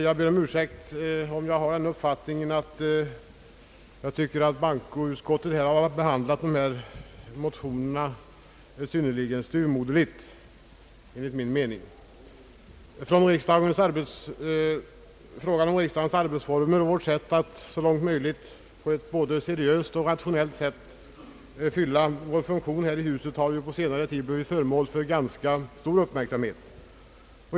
Jag ber om ursäkt om jag har den uppfattningen att bankoutskottet har behandlat dessa motioner synnerligen styvmoderligt. Frågan om riksdagens arbetsformer och vårt sätt att så långt möjligt på ett både seriöst och rationellt sätt fylla vår funktion här i huset har ju på senare tid varit föremål för ganska stor uppmärksamhet.